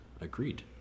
Agreed